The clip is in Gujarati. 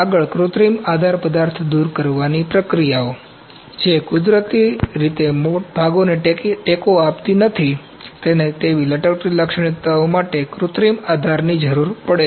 આગળ છે કૃત્રિમ આધાર પદાર્થ દૂર કરવાની પ્રક્રિયાઓ જે કુદરતી રીતે ભાગોને ટેકો આપતી નથી તેને લટકતી લાક્ષણિક્તાઓ માટે કૃત્રિમ આધારની જરૂર છે